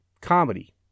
comedy